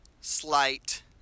slight